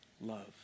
love